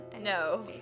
No